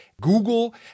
Google